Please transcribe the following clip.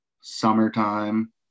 summertime